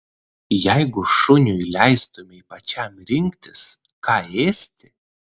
jeigu šuniui leistumei pačiam rinktis ką ėsti